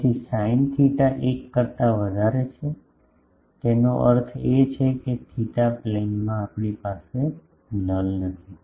તેથી sine theta 1 કરતા વધારે છે તેનો અર્થ એ છે કે થેટા પ્લેનમાં આપણી પાસે નલ નથી